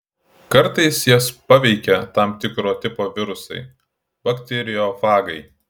kartais jas paveikia tam tikro tipo virusai bakteriofagai